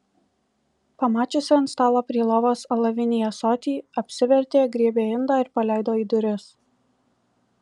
pamačiusi ant stalo prie lovos alavinį ąsotį apsivertė griebė indą ir paleido į duris